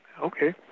Okay